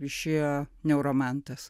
išėjo neuromantas